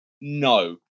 No